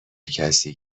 کسی